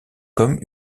comme